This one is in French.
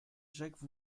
jacques